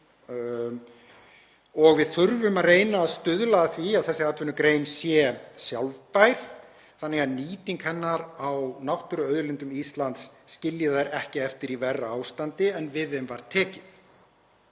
og við þurfum að reyna að stuðla að því að þessi atvinnugrein sé sjálfbær þannig að nýting hennar á náttúruauðlindum Íslands skilji þær ekki eftir í verra ástandi en við þeim var tekið.